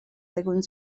según